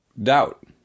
doubt